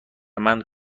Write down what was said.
مند